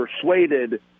persuaded